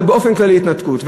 אבל באופן כללי התנתקות,